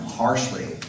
harshly